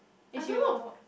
I don't know